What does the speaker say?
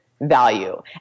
value